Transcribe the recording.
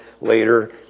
later